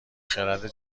خرد